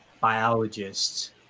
biologists